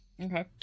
Okay